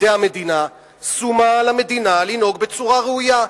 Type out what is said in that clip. בידי המדינה, שומה על המדינה לנהוג בצורה ראויה.